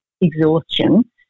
exhaustion